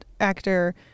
actor